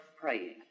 praying